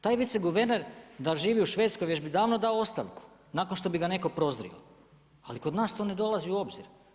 Taj viceguverner da živi u Švedskoj već bi davno dao ostavku nakon što bi ga netko prozrio, ali kod nas to ne dolazi u obzir.